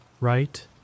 right